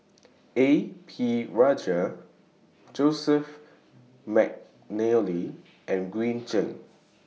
A P Rajah Joseph Mcnally and Green Zeng